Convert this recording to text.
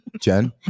jen